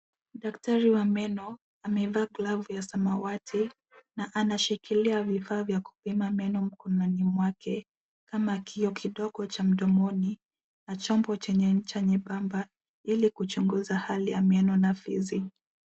Daktari wa meno amevaa glove ya samawati na anashikilia vifaa vya kupima meno mkononi mwake kama kioo kidogo cha mdomoni na chombo chenye pamba ili kuchunguza hali ya meno na fizi.